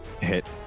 hit